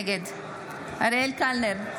נגד אריאל קלנר,